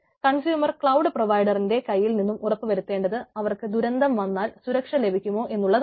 consumer cloud പ്രൊവൈഡറിന്റെ കൈയിൽ നിന്നും ഉറപ്പുവരുത്തേണ്ടത് അവർക്ക് ദുരന്തം വന്നാൽ സുരക്ഷ ലഭിക്കുമോ എന്നുള്ളതാണ്